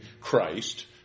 Christ